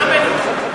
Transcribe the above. נכבד אותה.